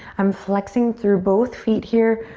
i'm flexing through both feet here.